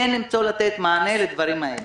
כן למצוא ולתת מענה לדברים האלה.